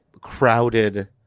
crowded